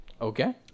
Okay